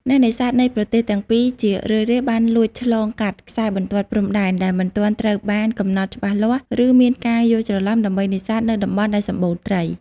អ្នកនេសាទនៃប្រទេសទាំងពីរជារឿយៗបានលួចឆ្លងកាត់ខ្សែបន្ទាត់ព្រំដែន ដែលមិនទាន់ត្រូវបានកំណត់ច្បាស់លាស់ ឬមានការយល់ច្រឡំ ដើម្បីនេសាទនៅតំបន់ដែលសម្បូរត្រី។